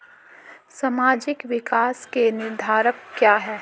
सामाजिक विकास के निर्धारक क्या है?